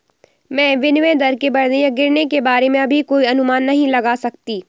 मैं विनिमय दर के बढ़ने या गिरने के बारे में अभी कोई अनुमान नहीं लगा सकती